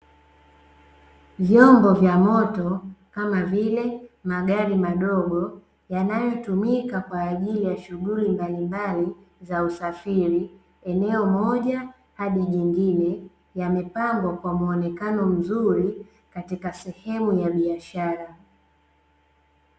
Vyombo vya moto kama vile magari madogo yanayotumika kwa ajili ya shughuli mbalimbali za usafiri, eneo moja hadi jingine. Yamepangwa kwa muonekano mzuri katika sehemu ya biashara.